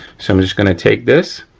so, i'm just gonna take this,